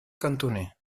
cantoner